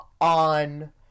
on